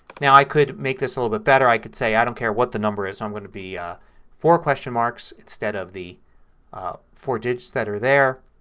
now i could make this a little bit better. i could say i don't care what the number is i'm going to put ah four questions marks? instead of the four digits that are there.